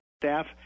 staff